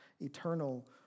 eternal